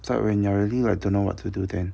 so when you're reading I don't know what to do then